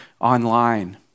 online